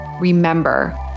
Remember